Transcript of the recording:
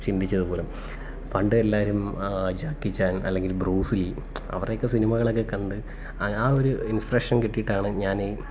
ചിന്തിച്ചതു പോലും പണ്ട് എല്ലാവരും ജാക്കിച്ചാൻ അല്ലെങ്കിൽ ബ്രൂസ്ലി അവരെയൊക്കെ സിനിമകളൊക്കെക്കണ്ട് ആ ഒരു ഇൻസ്പിറേഷൻ കിട്ടിയിട്ടാണ് ഞാനീ